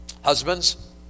Husbands